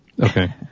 okay